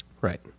Right